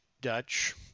Dutch